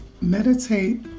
meditate